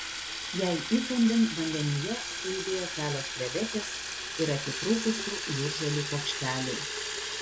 jai įkandin vandenyje sujudėjo kelios krevetės ir atitrūkusių jūržolių kuokšteliai